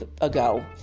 ago